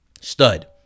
Stud